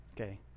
Okay